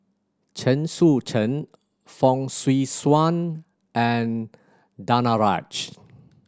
Chen Sucheng Fong Swee Suan and Danaraj